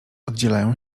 oddzielają